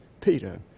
Peter